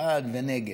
בעד ונגד.